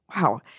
Wow